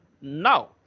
Now